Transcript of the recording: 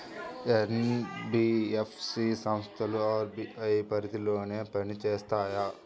NBFC సంస్థలు RBI పరిధిలోనే పని చేస్తాయా?